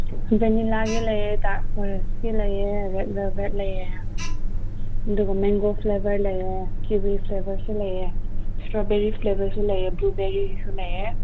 ꯕꯅꯤꯜꯂꯥꯒꯤ ꯂꯩꯌꯦ ꯗꯥꯔꯛ ꯐꯣꯔꯦꯁꯀꯤ ꯂꯩꯌꯦ ꯔꯦꯠ ꯕꯦꯜꯕꯦꯠ ꯂꯩꯌꯦ ꯑꯗꯨꯒ ꯃꯦꯡꯒꯣ ꯐ꯭ꯂꯦꯕꯔ ꯂꯩꯌꯦ ꯀꯤꯋꯤ ꯐ꯭ꯂꯦꯕꯔꯁꯨ ꯂꯩꯌꯦ ꯏꯁꯇ꯭ꯔꯣꯕꯦꯔꯤ ꯐ꯭ꯂꯦꯕꯔꯁꯨ ꯂꯩꯌꯦ ꯕ꯭ꯂꯨ ꯕꯦꯔꯤꯒꯁꯨ ꯂꯩꯌꯦ